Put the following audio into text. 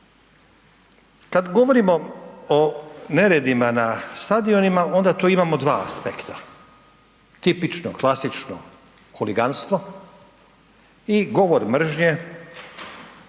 Kada govorimo o neredima na stadionima onda tu imamo dva aspekta, tipično, klasično huliganstvo i govor mržnje